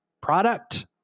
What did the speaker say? product